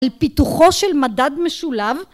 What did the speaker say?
על פיתוחו של מדד משולב